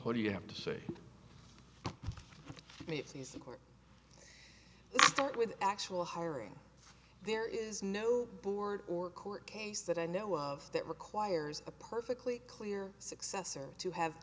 what do you have to say to me if he's in court with actual hiring there is no board or court case that i know of that requires a perfectly clear successor to have